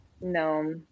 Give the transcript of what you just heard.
No